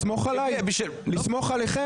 לסמוך עליכם?